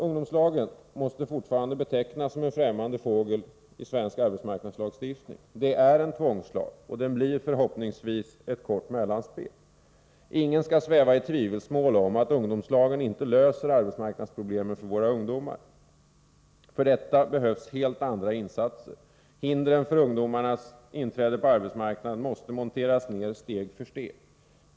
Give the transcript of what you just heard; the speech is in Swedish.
Ungdomslagen måste fortfarande betecknas som en främmande fågel i svensk arbetsmarknadslagstiftning. Det är en tvångslag och den blir förhoppningsvis ett kort mellanspel. Ingen skall sväva i tvivelsmål om att ungdomslagen inte löser arbetsmarknadsproblemen för våra ungdomar. För detta behövs helt andra insatser. Hindren för ungdomarnas inträde på arbetsmarknaden måste undanröjs steg för steg.